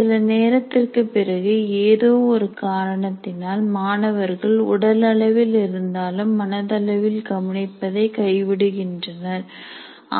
சில நேரத்திற்கு பிறகு ஏதோ ஒரு காரணத்தினால் மாணவர்கள் உடல் அளவில் இருந்தாலும் மனதளவில் கவனிப்பதை கைவிடுகின்றனர்